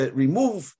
remove